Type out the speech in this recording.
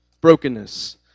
brokenness